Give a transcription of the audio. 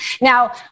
Now